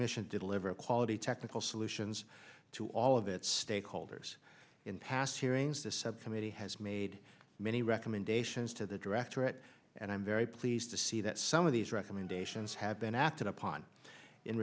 mission to deliver quality technical solutions to all of its stakeholders in past hearings this subcommittee has made many recommendations to the directorate and i'm very pleased to see that some of these recommendations have been acted upon in